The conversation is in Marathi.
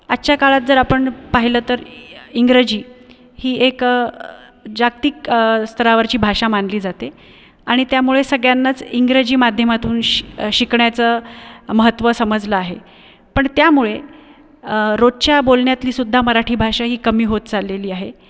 आजच्या काळात जर आपण पाहिलं तर इंग्रजी ही एक जागतिक स्तरावरची भाषा मानली जाते आणि त्यामुळेच सगळ्यांनाच इंग्रजी माध्यमातून शि शिकण्याचं महत्व समजलं आहे पण त्यामुळे रोजच्या बोलण्यातली सुद्धा मराठी भाषा ही कमी होत चाललेली आहे